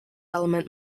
element